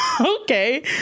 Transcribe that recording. Okay